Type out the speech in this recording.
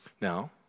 Now